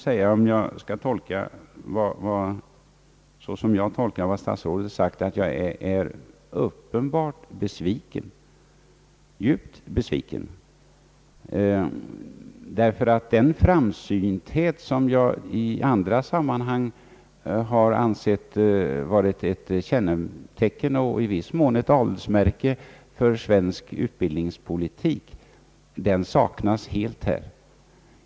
Såsom jag har tolkat herr statsrådet måste jag säga att jag är djupt besviken därför att den framsynthet, som jag i andra sammanhang har ansett som ett kännetecken och i viss mån ett adelsmärke för svensk utbildningspolitik, här helt saknas.